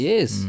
Yes